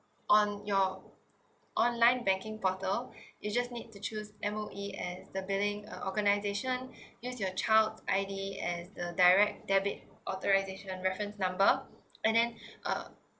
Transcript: on your online banking portal you just need to choose M_O_E as the billing uh organization use your child i d as the direct debit authorisation reference number and then uh